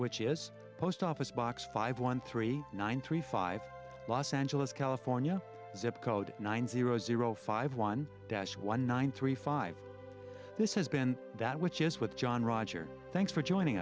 which is post office box five one three one three five los angeles california zip called nine zero zero five one dash one nine three five this has been that which is what john rogers thanks for joining